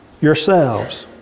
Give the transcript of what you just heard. yourselves